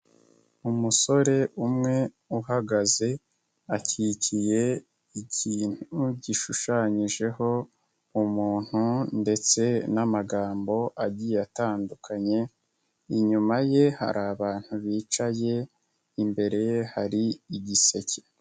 Umusore umwe uhagaze akikiye ikintu gishushanyijeho umuntu ndetse n'amagambo agiye atandukanye, inyuma ye hari abantu bicaye, imbere ye hari igiseke.